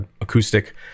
acoustic